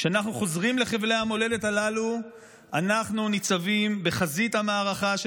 כשאנחנו חוזרים לחבלי המולדת הללו אנחנו ניצבים בחזית המערכה של